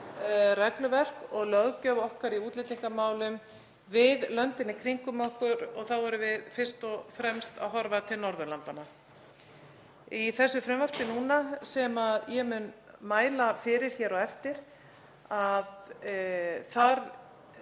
regluverk og löggjöf okkar í útlendingamálum við löndin í kringum okkur og þá erum við fyrst og fremst að horfa til Norðurlandanna. Í frumvarpinu sem ég mun mæla fyrir hér á eftir legg